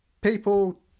People